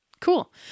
cool